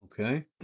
Okay